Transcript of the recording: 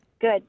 good